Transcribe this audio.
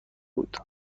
بود